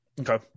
Okay